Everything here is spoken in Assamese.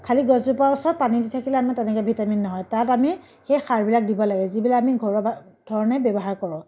খালি গছজোপাৰ ওচৰত পানী দি থাকিলে আমাৰ তেনেকৈ ভিটামিন নহয় তাত আমি সেই সাৰবিলাক দিব লাগে যিবিলাক আমি ঘৰুৱা ভা ধৰণে ব্যৱহাৰ কৰোঁ